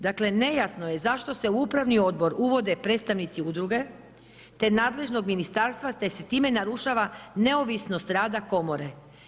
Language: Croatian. Dakle, nejasno je zašto se u upravni odbor uvode predstavnici udruge te nadležnog ministarstva te se time narušava neovisnost rada komore.